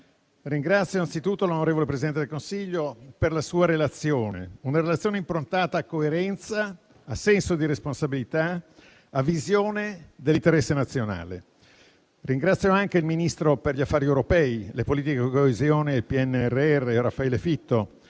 innanzitutto l'onorevole Presidente del Consiglio per la sua relazione: una relazione improntata a coerenza, a senso di responsabilità, a visione dell'interesse nazionale. Ringrazio anche il ministro per gli affari europei, le politiche di coesione e il PNRR, Raffaele Fitto,